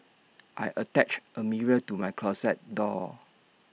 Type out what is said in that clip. I attached A mirror to my closet door